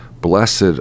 blessed